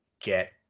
get